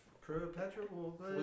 Perpetual